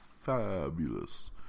fabulous